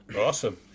Awesome